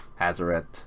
Hazaret